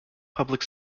public